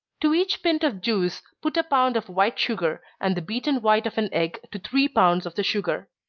to each pint of juice, put a pound of white sugar, and the beaten white of an egg to three pounds of the sugar.